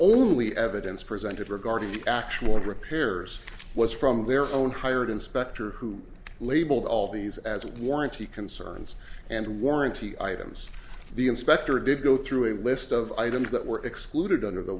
only evidence presented regarding actual repairs was from their own hired inspector who labeled all these as warranty concerns and warranty items the inspector did go through a list of items that were excluded under the